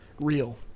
real